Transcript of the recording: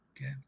Okay